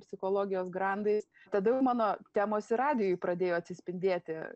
psichologijos grandais tada jau mano temos ir radijuj pradėjo atsispindėti